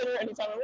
anytime